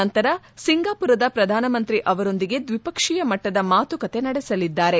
ನಂತರ ಸಿಂಗಾಪುರದ ಪ್ರಧಾನಮಂತ್ರಿ ಅವರದೊಂದಿಗೆ ದ್ವಿಪಕ್ಷೀಯ ಮಟ್ಟದ ಮಾತುಕತೆ ನಡೆಸಲಿದ್ದಾರೆ